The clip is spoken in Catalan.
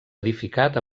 edificat